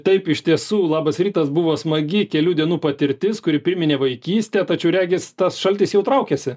taip iš tiesų labas rytas buvo smagi kelių dienų patirtis kuri priminė vaikystę tačiau regis tas šaltis jau traukiasi